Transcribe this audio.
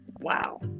wow